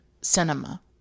cinema